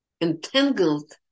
entangled